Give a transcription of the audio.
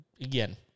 again